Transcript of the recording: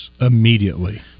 immediately